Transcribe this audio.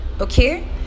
okay